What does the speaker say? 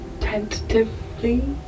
tentatively